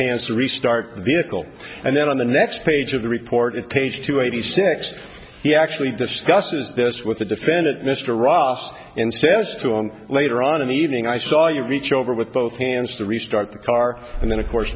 hands to restart the ickle and then on the next page of the report page two eighty six he actually discusses this with the defendant mr ross and says to him later on in the evening i saw you reach over with both hands to restart the car and then of course